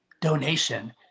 donation